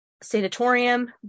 sanatorium